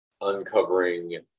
uncovering